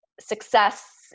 success